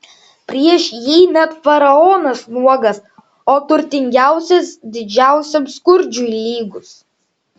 prieš jį net faraonas nuogas o turtingiausias didžiausiam skurdžiui lygus